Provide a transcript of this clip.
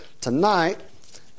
tonight